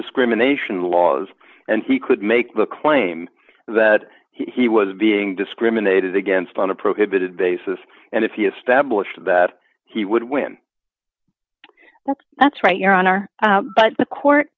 discrimination laws and he could make the claim that he was being discriminated against on a prohibited basis and if he established that he would win that's that's right your honor but the court